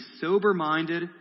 sober-minded